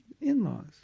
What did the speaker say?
in-laws